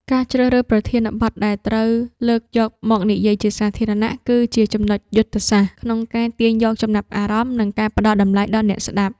ការជ្រើសរើសប្រធានបទដែលត្រូវលើកយកមកនិយាយជាសាធារណៈ គឺជាចំណុចយុទ្ធសាស្ត្រក្នុងការទាញយកចំណាប់អារម្មណ៍ និងការផ្ដល់តម្លៃដល់អ្នកស្ដាប់។